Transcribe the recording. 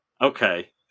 Okay